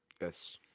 Yes